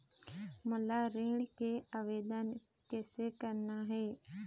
मोला ऋण के आवेदन कैसे करना हे?